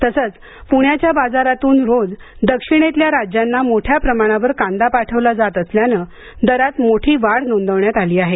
तसेच प्ण्याच्या बाजारातून रोज दक्षिणेतल्या राज्यांना मोठ्या प्रमाणावर कांदा पाठवला जात असल्यानं दरात मोठी वाढ नोंदवण्यात आली आहे